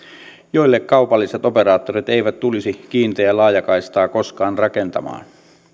joille kaupalliset operaattorit eivät tulisi kiinteää laajakaistaa koskaan rakentamaan